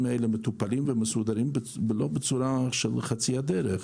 האלה מטופלים ומסודרים לא בצורה של חצי דרך.